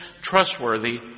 trustworthy